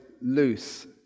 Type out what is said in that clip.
loose